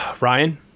Ryan